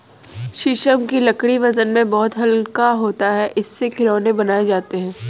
शीशम की लकड़ी वजन में बहुत हल्का होता है इससे खिलौने बनाये जाते है